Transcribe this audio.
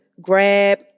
grab